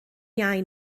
iau